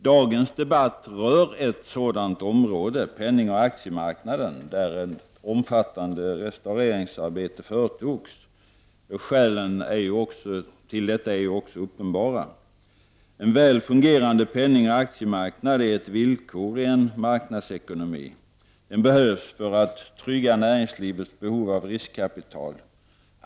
Dagens debatt rör ett sådant område, nämligen penningoch aktiemarknaden, där ett omfattande restaureringsarbete företogs. Skälen till detta är också uppenbara. En väl fungerande penningoch aktiemarknad är ett villkor i en marknadsekonomi. Den behövs för att trygga näringslivets behov av riskkapital.